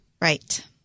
Right